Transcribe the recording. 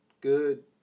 good